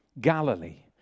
Galilee